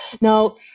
Now